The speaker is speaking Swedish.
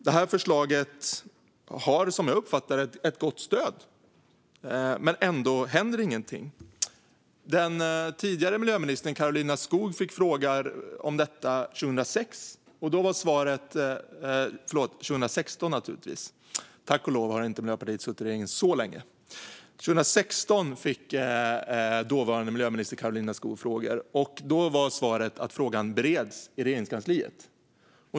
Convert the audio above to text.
Det här förslaget har, som jag uppfattar det, ett gott stöd, men ändå händer ingenting. Den tidigare miljöministern Karolina Skog fick en fråga om detta 2006 - förlåt, det ska naturligtvis vara 2016; tack och lov har Miljöpartiet inte suttit i regeringen så länge! - och då blev svaret att frågan bereds i Regeringskansliet.